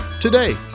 today